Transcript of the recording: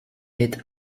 est